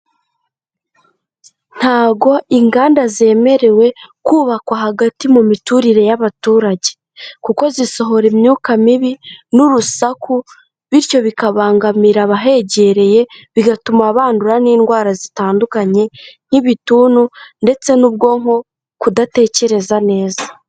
Ntago inganda zemerewe kubakwa hagati mu miturire y'abaturage, kuko zisohora imyuka mibi, n'urusaku, bityo bikabangamira abahegereye bigatuma bandura n'indwara zitandukanye, nk'ibituntu ndetse n'ubwonko kudatekereza neza.